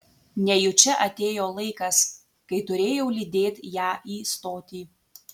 nejučia atėjo laikas kai turėjau lydėt ją į stotį